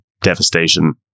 devastation